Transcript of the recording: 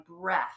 breath